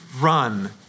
run